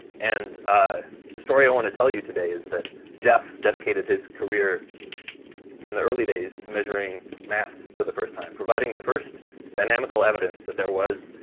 and ah the story i want to tell you today is that jeff dedicated his career in the early days to measuring mass for the first time, providing the first dynamical evidence that there was